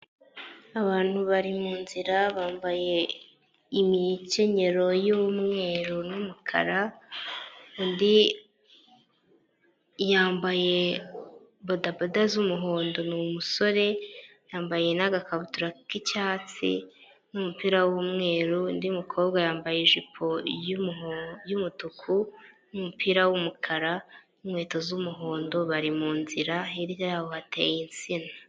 Abantu bari mu nzira bambaye imikenyero y'umweru n'umukara, undi yambaye bodabada z'umuhondo ni umusore, yambaye n'agakabutura k'icyatsi n'umupira w'umweru, undi mukobwa yambaye ijipo y'umutuku n'umupira w'umukara n'inkweto z'umuhondo bari mu nzira, hirya yabo hateye insina.